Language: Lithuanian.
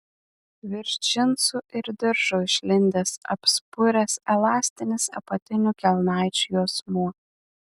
virš džinsų ir diržo išlindęs apspuręs elastinis apatinių kelnaičių juosmuo